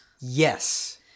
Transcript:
Yes